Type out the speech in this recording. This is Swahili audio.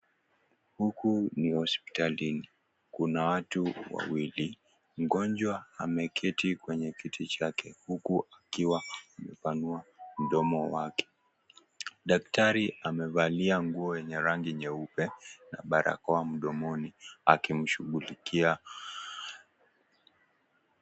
Huku ni hospitalini, kuna watu wawili mgonjwa ameketi kwenye kiti chake huku akiwa amepanua mdomo wake. Daktari amevalia nguo yenye rangi nyeupe, na barakoa mdomoni akimshughulikia.